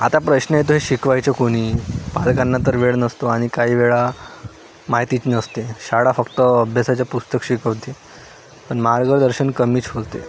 आता प्रश्न येतो हे शिकवायचं कोणी पालकांना तर वेळ नसतो आणि काही वेळा माहितीच नसते शाळा फक्त अभ्यासाची पुस्तक शिकवते पण मार्गदर्शन कमीच होते